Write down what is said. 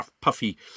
puffy